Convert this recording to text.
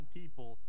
people